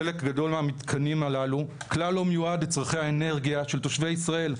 חלק גדול מהמתקנים הללו כלל לא מיועד לצרכי האנרגיה של תושבי ישראל,